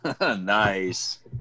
Nice